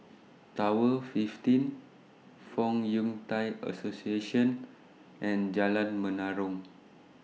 Tower fifteen Fong Yun Thai Association and Jalan Menarong